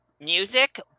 Music